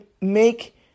make